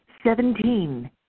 Seventeen